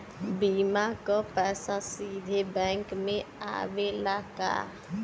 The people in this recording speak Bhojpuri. बीमा क पैसा सीधे बैंक में आवेला का?